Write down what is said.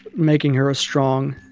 making her a strong,